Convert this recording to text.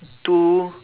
two